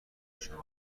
نشان